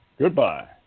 Goodbye